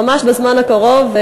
ממש בזמן הקרוב,